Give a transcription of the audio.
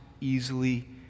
easily